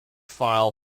file